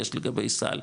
יש לגבי סל,